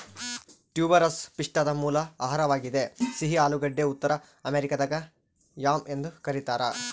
tuberous ಪಿಷ್ಟದ ಮೂಲ ಆಹಾರವಾಗಿದೆ ಸಿಹಿ ಆಲೂಗಡ್ಡೆ ಉತ್ತರ ಅಮೆರಿಕಾದಾಗ ಯಾಮ್ ಎಂದು ಕರೀತಾರ